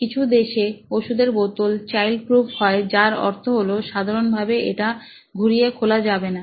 কিছু দেশে ওষুধের বোতল চাইল্ড প্রুফ হয় যার অর্থ হলো সাধারণ ভাবে এটা ঘুরিয়ে খোলা যাবেনা